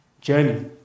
journey